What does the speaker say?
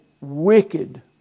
wicked